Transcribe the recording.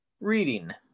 reading